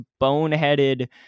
boneheaded